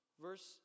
Verse